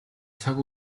цаг